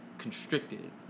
constricted